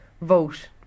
vote